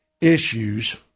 issues